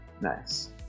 Nice